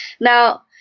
Now